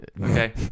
Okay